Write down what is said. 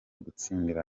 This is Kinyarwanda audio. gutsindira